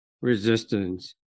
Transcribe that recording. resistance